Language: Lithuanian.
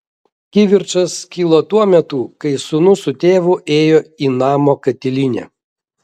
kivirčas kilo tuo metu kai sūnus su tėvu ėjo į namo katilinę